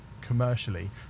commercially